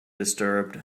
disturbed